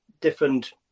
different